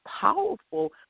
powerful